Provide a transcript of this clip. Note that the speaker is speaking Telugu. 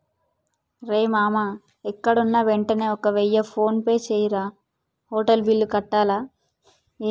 రేయ్ మామా ఎక్కడున్నా యెంటనే ఒక వెయ్య ఫోన్పే జెయ్యిరా, హోటల్ బిల్లు కట్టాల